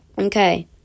Okay